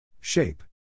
Shape